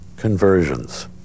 conversions